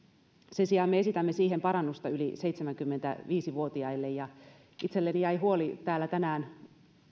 sen sijaan me esitämme siihen parannusta yli seitsemänkymmentäviisi vuotiaille itselleni jäi täällä tänään